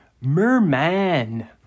Merman